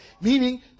Meaning